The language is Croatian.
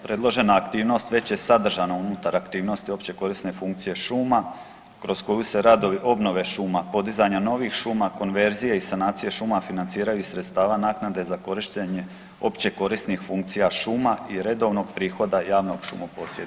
Predložena aktivnost već je sadržana unutar aktivnosti općekorisne funkcije šuma kroz koju se radovi obnove šuma, podizanja novih šuma, konverzije i sanacije šuma financiraju iz sredstava naknade za korištenje općekorisnih funkcija šuma i redovnog prihoda javnog šumoposjednika.